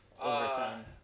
overtime